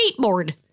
Skateboard